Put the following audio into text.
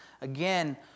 Again